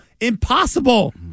Impossible